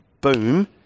boom